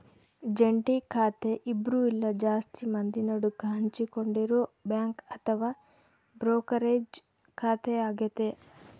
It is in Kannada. ಜಂಟಿ ಖಾತೆ ಇಬ್ರು ಇಲ್ಲ ಜಾಸ್ತಿ ಮಂದಿ ನಡುಕ ಹಂಚಿಕೊಂಡಿರೊ ಬ್ಯಾಂಕ್ ಅಥವಾ ಬ್ರೋಕರೇಜ್ ಖಾತೆಯಾಗತೆ